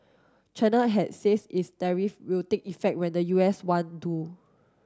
China had says its tariff will take effect when the U S one do